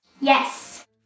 Yes